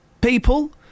people